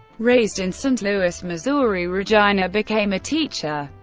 raised in st. louis, missouri, regina became a teacher,